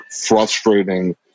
frustrating